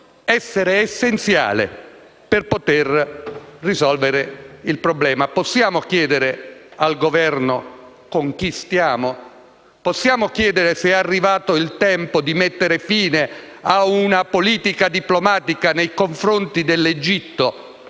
essere essenziale per risolvere il problema. Possiamo chiedere al Governo con chi stiamo? Possiamo chiedere se è arrivato il tempo di mettere fine a una politica diplomatica nei confronti dell'Egitto